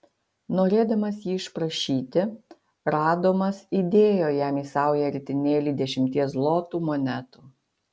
norėdamas jį išprašyti radomas įdėjo jam į saują ritinėlį dešimties zlotų monetų